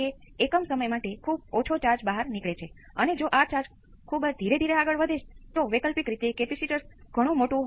તેથી તમે સમગ્ર વસ્તુને પ્રથમ ઓર્ડર નેટવર્કમાં લાવી દો એટલે કે તમે બધું જ કરો સમાંતર અને શ્રેણીમાં જોડેલ કેપેસિટર ને ભેગા જુઓ